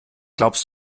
glaubst